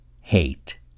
hate